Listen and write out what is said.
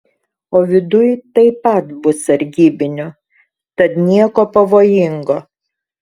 o viduj taip pat bus sargybinių tad nieko pavojingo